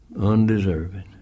undeserving